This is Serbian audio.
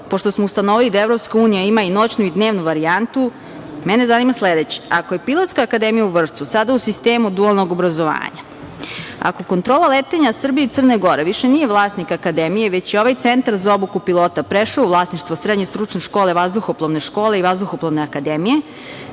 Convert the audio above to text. pošto smo ustanovili da EU ima i noćnu i dnevnu varijantu, mene zanima sledeće. Ako je Pilotska akademija u Vršcu sada u sistemu dualnog obrazovanja, ako Kontrola letenja Srbije i Crne Gore više nije vlasnik akademije, već je ovaj Centar za obuku pilota prešao u vlasništvo Srednje stručne škole, Vazduhoplovne škole i Vazduhoplovne akademije,